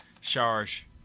Charge